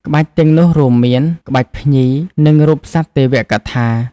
ក្បាច់ទាំងនោះរួមមាន ក្បាច់ភ្ញី និងរូបសត្វទេវកថា។